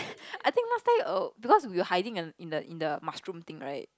I think last time err because we were hiding in in the in the mushroom thing right